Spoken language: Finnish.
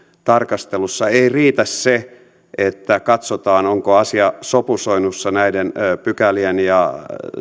tarkastelussa ei riitä se että katsotaan onko asia sopusoinnussa näiden pykälien ja